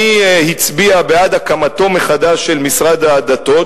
מי הצביע בעד הקמתו מחדש של משרד הדתות,